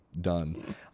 done